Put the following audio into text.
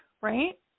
right